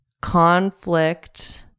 conflict